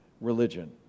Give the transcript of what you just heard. religion